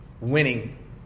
winning